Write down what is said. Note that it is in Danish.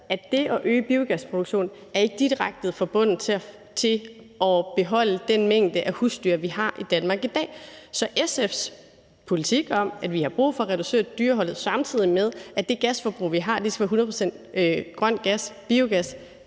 at det at øge biogasproduktionen ikke er direkte forbundet til det at beholde den mængde af husdyr, vi har i Danmark i dag. Så SF's politik om, at vi har brug for at reducere dyreholdet, samtidig med at det gasforbrug, vi har, skal være 100 pct. grøn gas, biogas,